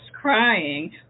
crying